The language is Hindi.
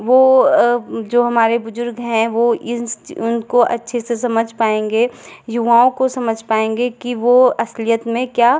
वो जो हमारे बुजुर्ग हैं वो इन उनको अच्छे से समझ पाएँगे युवाओं को समझ पाएँगे कि वो असलियत में क्या